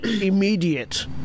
immediate